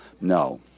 No